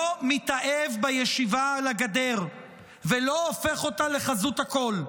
לא מתאהב בישיבה על הגדר ולא הופך אותה לחזות הכול.